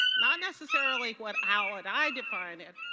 not necessarily what how would i define it,